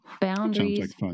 Boundaries